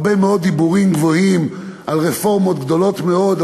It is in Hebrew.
הרבה מאוד דיבורים גבוהים על רפורמות גדולות מאוד,